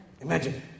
Imagine